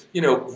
you know,